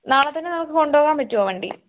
നാളെ തന്നെ നമുക്ക് കൊണ്ടുപോവാൻ പറ്റുമോ വണ്ടി